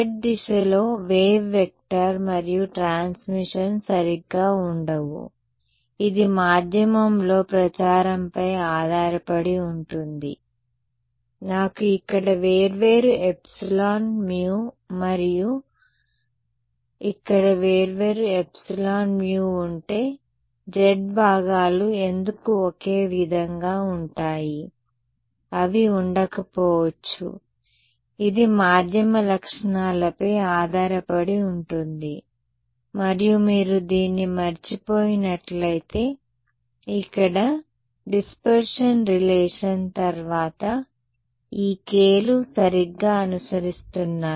z దిశలో wave vector మరియు transmission సరిగ్గా ఉండవు ఇది మాధ్యమంలో ప్రచారంపై ఆధారపడి ఉంటుంది నాకు ఇక్కడ వేర్వేరు ఎప్సిలాన్ మ్యు మరియు ఇక్కడ వేర్వేరు ఎప్సిలాన్ మ్యు ఉంటే z భాగాలు ఎందుకు ఒకే విధంగా ఉంటాయి అవి ఉండకపోవచ్చు ఇది మాధ్యమ లక్షణాల పై ఆధారపడి ఉంటుంది మరియు మీరు దీన్ని మరచిపోయినట్లయితే ఇక్కడ డిస్పర్షన్ రిలేషన్ తర్వాత ఈ k లు సరిగ్గా అనుసరిస్తున్నాయి